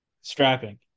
strapping